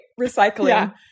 recycling